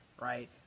right